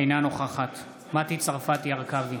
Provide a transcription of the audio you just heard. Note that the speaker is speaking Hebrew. אינה נוכחת מטי צרפתי הרכבי,